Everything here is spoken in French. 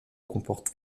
comporte